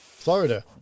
Florida